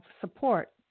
support